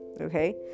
okay